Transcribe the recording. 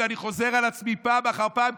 ואני חוזר על עצמי פעם אחר פעם,